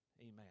Amen